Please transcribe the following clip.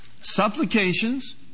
supplications